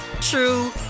true